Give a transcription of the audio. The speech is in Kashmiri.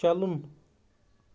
چلُن